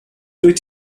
dwyt